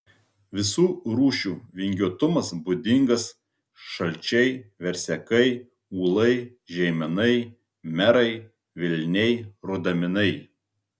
visų rūšių vingiuotumas būdingas šalčiai versekai ūlai žeimenai merai vilniai rudaminai